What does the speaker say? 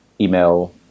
email